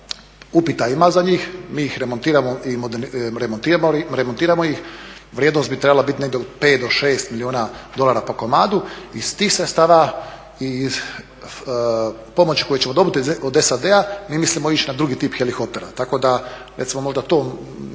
upita ima za njih. Mi ih remontiramo i moderniziramo, remontiramo ih. Vrijednost bi trebala biti 5 do 6 milijuna dolara po komadu. Iz tih sredstava i iz pomoći koju ćemo dobiti od SAD-a, mi mislimo ići na drugi tip helikoptera, tako da recimo možda to nisam